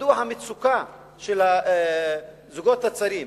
מדוע המצוקה של הזוגות הצעירים,